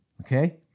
Okay